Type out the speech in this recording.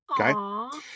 okay